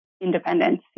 independence